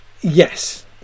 Yes